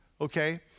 okay